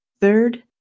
Third